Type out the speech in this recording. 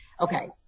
Okay